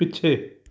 ਪਿੱਛੇ